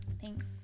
Thanks